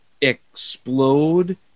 explode